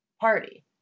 party